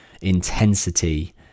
intensity